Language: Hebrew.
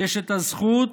יש הזכות,